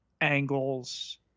angles